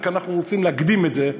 רק אנחנו רוצים להקדים את זה,